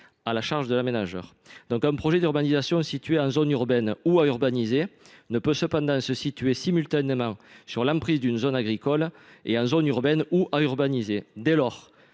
à la charge de l’aménageur. Un projet d’urbanisation situé en zone urbaine ou à urbaniser ne peut toutefois se situer simultanément sur l’emprise d’une zone agricole et en zone urbaine ou à urbaniser. Dès lors,